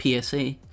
psa